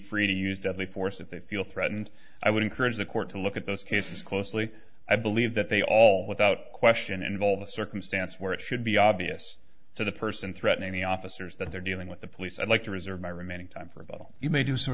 free to use deadly force if they feel threatened i would encourage the court to look at those cases closely i believe that they all without question involve a circumstance where it should be obvious to the person threatening the officers that they're dealing with the police i'd like to reserve my remaining time for a bottle you may do some